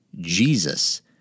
Jesus